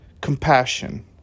Compassion